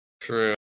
True